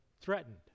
threatened